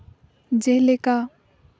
ᱡᱮᱞᱮᱠᱟ